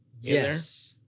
Yes